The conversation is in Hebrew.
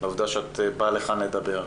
בעובדה שאת באה לכאן לדבר,